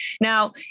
Now